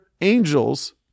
angels